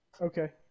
Okay